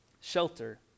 Shelter